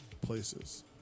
places